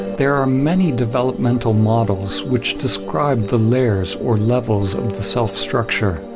there are many developmental models which describe the layers or levels of the self structure.